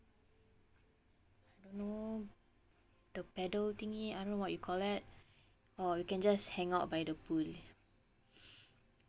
don't know the pedal thingy I don't know what you call that or we can just hang out by the pool